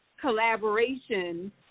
collaboration